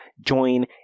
join